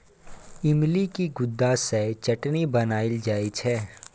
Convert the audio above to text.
इमलीक गुद्दा सँ चटनी बनाएल जाइ छै